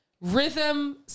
Rhythm